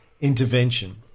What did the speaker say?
intervention